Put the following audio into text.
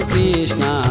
Krishna